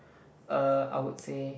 err I would say